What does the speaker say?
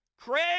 Craig